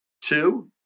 Two